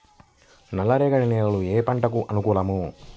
నల్ల రేగడి నేలలు ఏ పంటకు అనుకూలం?